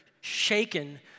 shaken